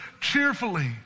cheerfully